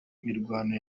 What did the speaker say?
mirwano